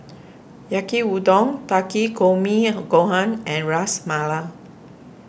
Yaki Udon Takikomi Gohan and Ras Malai